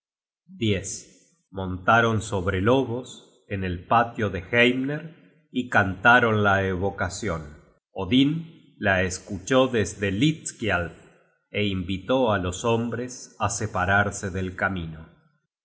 testigos montaron sobre lobos en el patio de heimer y cantaron la evocacion odin la escuchó desde hlidskialf é invitó álos hombres á separarse del camino